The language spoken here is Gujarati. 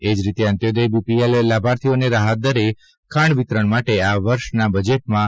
એ જ રીતે અંત્યોદય બીપીએલ લાભાર્થીઓને રાહત દરે ખાંડ વિતરણ માટે આ વર્ષના બજેટમાં રૂ